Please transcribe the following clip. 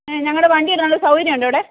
ഞങ്ങളുടെ വണ്ടി ഇടാനുള്ള സൗകര്യമുണ്ടോ അവിടെ